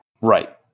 Right